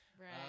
Right